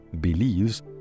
believes